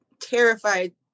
terrified